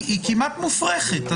היא כמעט מופרכת.